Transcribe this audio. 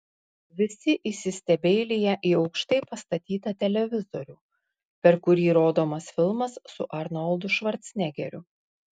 visi įsistebeilija į aukštai pastatytą televizorių per kurį rodomas filmas su arnoldu švarcnegeriu